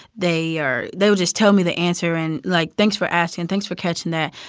they are they would just tell me the answer and, like, thanks for asking. thanks for catching that.